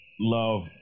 love